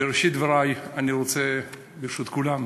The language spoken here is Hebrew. בראשית דברי אני רוצה, ברשות כולם,